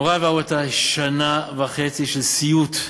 מורי ורבותי, שנה וחצי של סיוט,